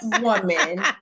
woman